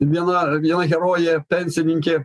viena viena herojė pensininkė